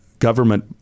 government